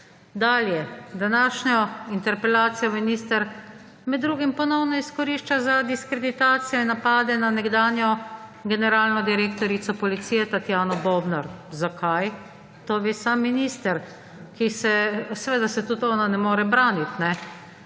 Dalje. Današnjo interpelacijo minister med drugim ponovno izkorišča za diskreditacijo in napade na nekdanjo generalno direktorico policije Tatjano Bobnar. Zakaj? To ve samo minister. Seveda se tudi ona ne more braniti. Ste